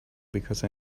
because